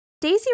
Daisy